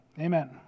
amen